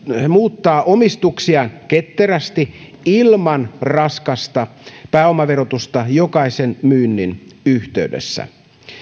muuttaa omistuksiaan ketterästi ilman raskasta pääomaverotusta jokaisen myynnin yhteydessä